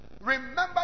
remember